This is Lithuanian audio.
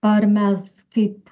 ar mes kaip